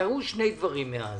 קרו שני דברים מאז: